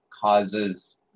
causes